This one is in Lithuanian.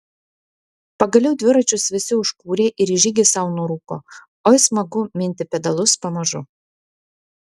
pagaliau dviračius visi užkūrė ir į žygį sau nurūko oi smagu minti pedalus pamažu